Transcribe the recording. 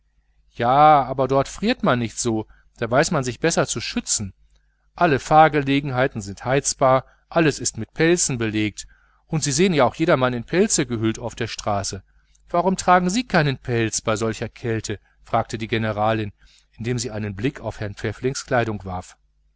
ja aber dort friert man nicht so da weiß man sich besser zu schützen alle fahrgelegenheiten sind heizbar alles ist mit pelzen belegt und sie sehen auch jedermann in pelze gehüllt auf der straße warum tragen sie keinen pelz bei solcher kälte fragte die generalin indem sie einen blick auf herrn pfäfflings kleidung warf